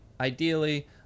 ideally